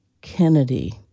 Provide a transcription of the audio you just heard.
Kennedy